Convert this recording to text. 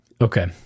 Okay